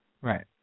Right